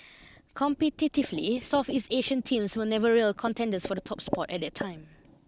competitively Southeast Asian teams were never real contenders for the top spot at that time